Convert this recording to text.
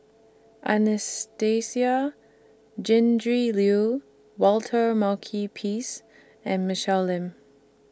Anastasia Tjendri Liew Walter Makepeace and Michelle Lim